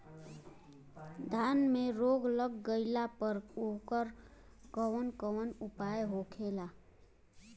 धान में रोग लग गईला पर उकर कवन कवन उपाय होखेला?